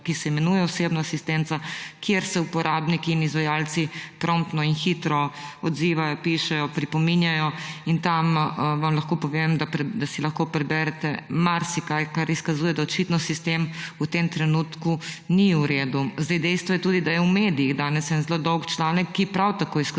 ki se imenuje Osebna asistenca, kjer se uporabniki in izvajalci promptno in hitro odzivajo, pišejo, pripominjajo. In lahko vam povem, da tam si lahko preberete marsikaj, kar izkazuje, da očitno sistem v tem trenutku ni v redu. Dejstvo je tudi, da je v medijih danes en zelo dolg članek, ki prav tako izkazuje,